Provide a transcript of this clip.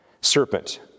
Serpent